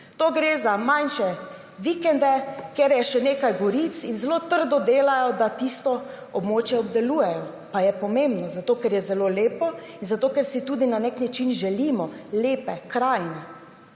Gre za manjše vikende, kjer je še nekaj goric in zelo trdo delajo, da tisto območje obdelujejo. Pa je pomembno, zato ker je zelo lepo in zato ker si tudi na nek način želimo lepe krajine,